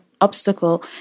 obstacle